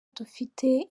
dufite